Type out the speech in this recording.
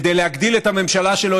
כדי להגדיל את הממשלה שלו,